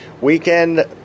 weekend